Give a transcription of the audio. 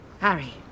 Harry